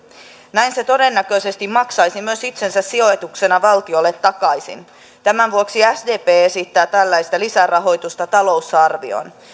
näin se todennäköisesti maksaisi myös itsensä sijoituksena valtiolle takaisin tämän vuoksi sdp esittää tällaista lisärahoitusta talousarvioon